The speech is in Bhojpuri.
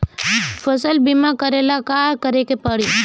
फसल बिमा करेला का करेके पारी?